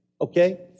okay